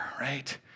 right